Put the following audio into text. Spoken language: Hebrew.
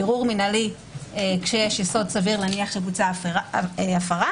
בירור מינהלי כשיש יסוד סביר להניח שבוצעה הפרה,